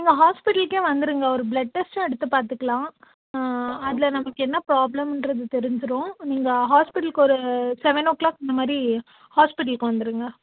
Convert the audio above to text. ஹாஸ்பிட்டல்க்கே வந்துருங்க ஒரு பிளட் டெஸ்ட்டும் எடுத்து பார்த்துக்குலாம் அதில் நமக்கு என்ன ப்ராப்ளம்ன்றது தெரிஞ்சிடும் நீங்கள் ஹாஸ்பிட்டலுக்கு ஒரு செவன் ஓ கிளாக் அந்த மாதிரி ஹாஸ்பிட்டலுக்கு வந்துருங்க